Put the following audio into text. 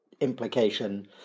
implication